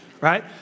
right